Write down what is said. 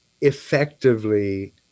effectively